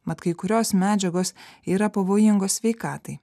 mat kai kurios medžiagos yra pavojingos sveikatai